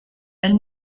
elle